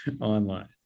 online